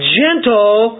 gentle